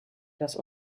das